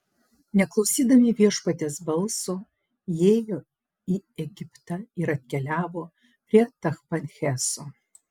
neklausydami viešpaties balso jie ėjo į egiptą ir atkeliavo prie tachpanheso